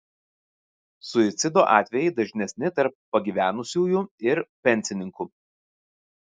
suicido atvejai dažnesni tarp pagyvenusiųjų ir pensininkų